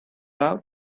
out